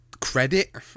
credit